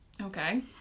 Okay